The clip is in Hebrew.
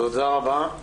תודה רבה.